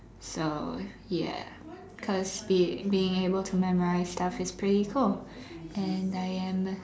so ya cause being being able to memorize stuff is pretty cool and I am